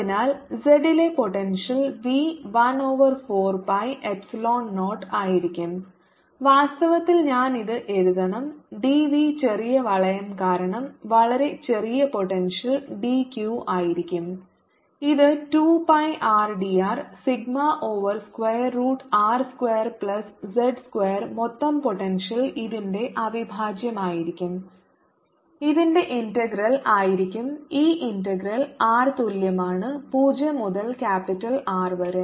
അതിനാൽ z ലെ potential v 1 over 4 pi epsilon 0 ആയിരിക്കും വാസ്തവത്തിൽ ഞാൻ ഇത് എഴുതണം dv ചെറിയ വളയം കാരണം വളരെ ചെറിയ പോട്ടെൻഷ്യൽ dq ആയിരിക്കും ഇത് 2 pi r d r sigma over square root r square plus z square മൊത്തം പോട്ടെൻഷ്യൽ ഇതിന്റെ അവിഭാജ്യമായിരിക്കും ഇതിന്റെ ഇന്റഗ്രൽ ആയിരിക്കും ഈ ഇന്റഗ്രൽ r തുല്യമാണ് 0 മുതൽ ക്യാപിറ്റൽ R വരെ